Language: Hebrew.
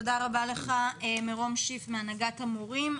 תודה רבה לך, מירום שיף מהנהגת ההורים.